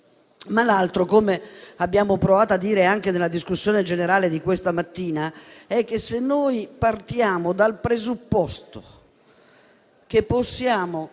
luogo, come abbiamo provato a dire anche nella discussione generale di questa mattina, se noi partiamo dal presupposto che possiamo,